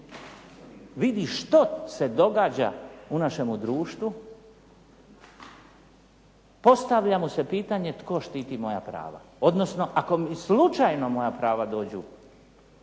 vidi što se događa u našem društvu postavlja mu se pitanje tko štiti moja prava, odnosno ako slučajno moja prava dođu